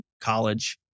college